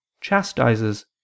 chastises